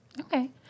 Okay